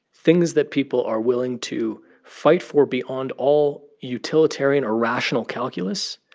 things that people are willing to fight for beyond all utilitarian or rational calculus,